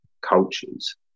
cultures